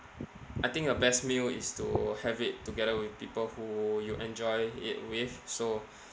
I think the best meal is to have it together with people who you enjoy it with so